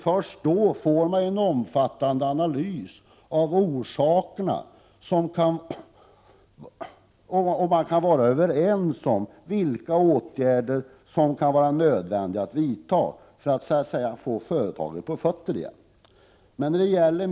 Först då får man en omfattande analys av orsakerna, och man kan vara överens om vilka åtgärder som är nödvändiga att vidta för att få företaget på fötter igen.